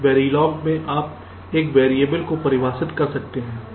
Verilog में आप एक वेरिएबल को परिभाषित कर सकते हैं